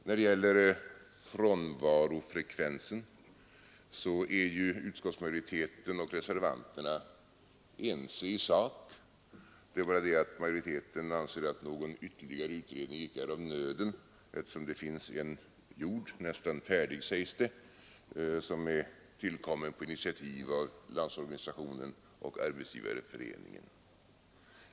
När det gäller frånvarofrekvensen är utskottsmajoriteten och reservanterna ense i sak; det är bara det att majoriteten anser att någon ytterligare utredning icke är av nöden, eftersom det redan är en gjord — nästan färdig sägs det. Den är tillkommen på initiativ av Landsorganisationen och Arbetsgivareföreningen.